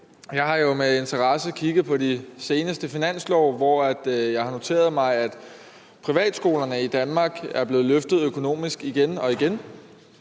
Jeg har jo med interesse kigget på de seneste finanslove, hvor jeg har noteret mig, at privatskolerne i Danmark er blevet løftet økonomisk igen og igen.